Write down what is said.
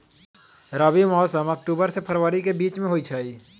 रबी मौसम अक्टूबर से फ़रवरी के बीच में होई छई